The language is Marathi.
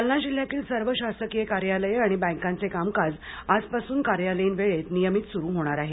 जालना जिल्ह्यातील सर्व शासकीय कार्यालये आणि बँकांचे कामकाज आजपासून कार्यालयीन वेळेत नियमित सुरू होणार आहे